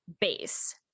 base